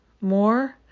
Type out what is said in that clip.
more